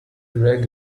greg